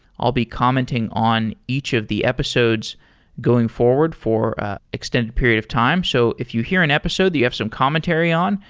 i'll be commenting on each of the episodes going forward for an ah extend period of time. so, if you hear an episode that you have some commentary on,